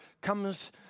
comes